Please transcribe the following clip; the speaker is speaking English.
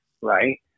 right